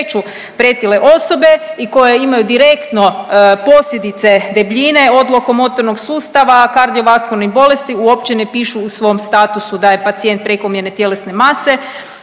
pretile osobe i koje imaju direktno posljedice debljine od lokomotornog sustava, kardiovaskulanih bolesti uopće ne pišu u svom statusu da je pacijent prekomjerne tjelesne mase